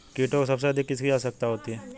कीटों को सबसे अधिक किसकी आवश्यकता होती है?